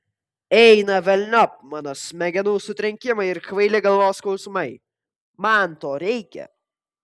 eina velniop mano smegenų sutrenkimai ir kvaili galvos skausmai man to reikia